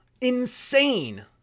Insane